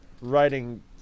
writing